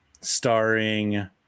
starring